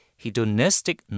hedonistic